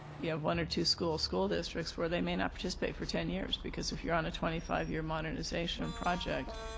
you know, if one or two school, school districts where they may not participate for ten years because if you're on a twenty five year modernization project,